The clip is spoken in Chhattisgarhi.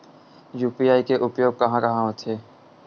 यू.पी.आई के उपयोग कहां कहा होथे?